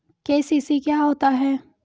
KCC क्या होता है?